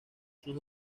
sus